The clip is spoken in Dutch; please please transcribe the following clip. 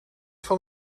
van